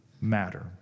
matter